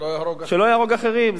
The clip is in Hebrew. שלא יהרוג אחרים.